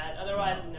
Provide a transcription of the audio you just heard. Otherwise